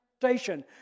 station